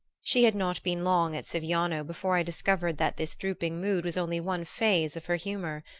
she had not been long at siviano before i discovered that this drooping mood was only one phase of her humor.